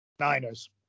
Niners